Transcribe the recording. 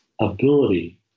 ability